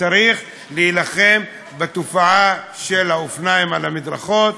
צריך להילחם בתופעה של האופניים על המדרכות,